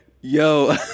yo